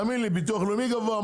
ביטוח לאומי גבוה,